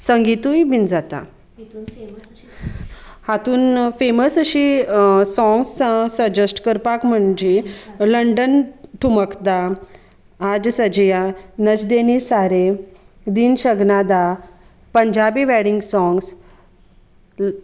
संगितूय बीन जाता हातूंत फेमस अशी सोंग्सां सजेस्ट करपाक म्हणजे लंडन ठुमकदा आज सजिया नजदेने सारे दिन शग्ना दा पंजाबी वॅडींग सोंग्स